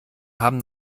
haben